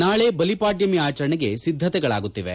ನಾಳೆ ಬಲಿಪಾಡ್ಚಮಿ ಆಚರಣೆಗೆ ಸಿದ್ದತೆಗಳಾಗುತ್ತಿವೆ